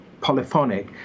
polyphonic